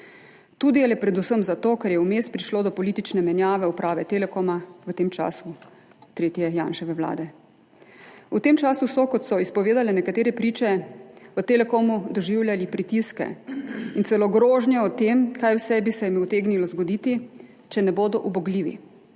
Tudi ali predvsem zato, ker je vmes prišlo do politične menjave uprave Telekoma v tem času, času tretje Janševe vlade. V tem času so, kot so izpovedale nekatere priče, v Telekomu doživljali pritiske in celo grožnje o tem, kaj vse bi se jim utegnilo zgoditi, če ne bodo ubogljivi.